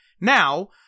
Now